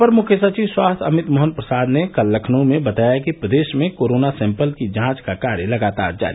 अपर मुख्य सचिव स्वास्थ्य अमित मोहन प्रसाद ने कल लखनऊ में बताया कि प्रदेश में कोरोना सैम्पल की जांच का कार्य लगातार जारी